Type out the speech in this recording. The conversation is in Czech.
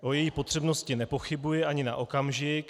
O její potřebnosti nepochybuji ani na okamžik.